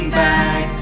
back